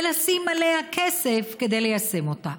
ולשים עליה כסף כדי ליישם אותה.